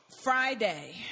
Friday